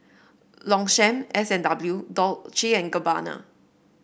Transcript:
Longchamp S and W and and Gabbana